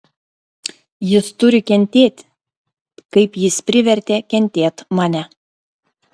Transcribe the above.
jis turi kentėt kaip jis privertė kentėt mane